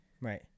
Right